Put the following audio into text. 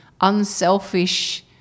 unselfish